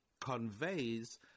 conveys